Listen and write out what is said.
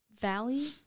valley